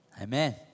Amen